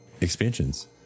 Expansions